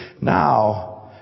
Now